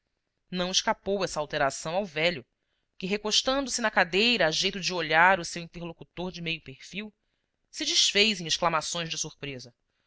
não escapou essa alteração ao velho que recostando se na cadeira a jeito de olhar o seu interlocutor de meio perfil se desfez em exclamações de surpresa